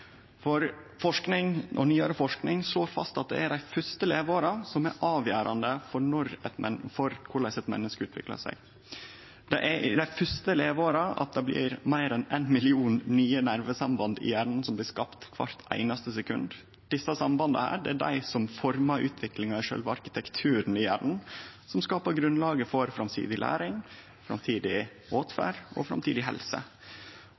Nyare forsking slår fast at det er dei fyrste leveåra som er avgjerande for korleis eit menneske utviklar seg. Det er i dei fyrste leveåra at det blir meir enn ein million nye nervesamband i hjernen som blir skapte kvart einaste sekund. Desse sambanda er dei som formar utviklinga i sjølve arkitekturen i hjernen, og som skapar grunnlaget for framtidig læring, framtidig åtferd og framtidig helse.